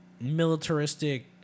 militaristic